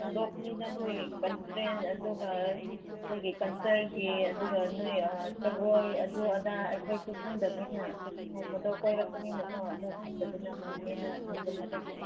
ꯍꯪꯗꯣꯛꯄꯅꯤꯗ ꯅꯣꯏꯒꯤ ꯀꯜꯆꯔꯦꯜ ꯑꯗꯨꯒ ꯅꯣꯏꯒꯤ ꯀꯜꯆꯔꯒꯤ ꯑꯗꯨꯒ ꯅꯣꯏ ꯖꯒꯣꯏ ꯑꯗꯨ ꯑꯗꯥ ꯑꯩꯈꯣꯏꯁꯨ ꯈꯪꯗꯕꯅꯤꯅ ꯅꯣꯡ ꯐꯥꯗꯣꯛ ꯀꯣꯏꯔꯛꯄꯅꯤꯅꯀꯣ ꯑꯗꯨ ꯈꯪꯗꯗꯨꯅ ꯍꯪꯒꯦꯅ ꯍꯪꯕꯅꯤꯗ